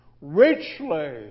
richly